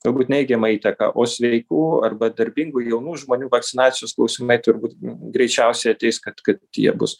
galbūt neigiamą įtaką o sveikų arba darbingų jaunų žmonių vakcinacijos klausimai turbūt greičiausiai ateis kad tie bus